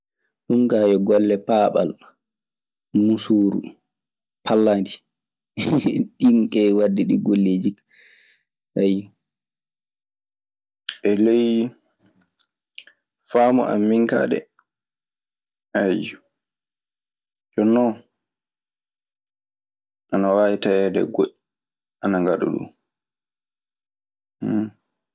Ɗun kaa yo golle paaɓal, muusuuru, pallaandi. ɗin keewi waɗde ɗii golleeji kaa. E ley faamu an min kaa de, ayyo. Jonnon ana waawi taweede goɗɗi ana ngaɗa ɗun.